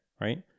right